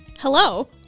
Hello